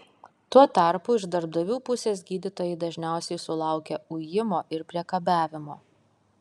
tuo tarpu iš darbdavių pusės gydytojai dažniausiai sulaukia ujimo ir priekabiavimo